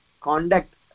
conduct